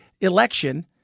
election